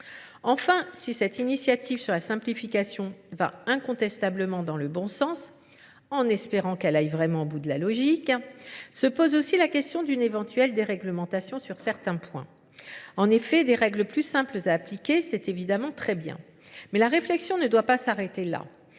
Enfin, si cette initiative sur la simplification va incontestablement dans le bon sens, en espérant qu'elle aille vraiment au bout de la logique, se pose aussi la question d'une éventuelle dérèglementation sur certains points. En effet, des règles plus simples à appliquer, c'est évidemment très bien. Mais la réflexion ne doit pas s'arrêter là.